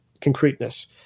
concreteness